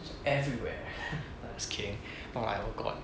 就 everywhere I'm just kidding but like oh god